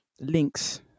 links